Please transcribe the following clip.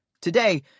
Today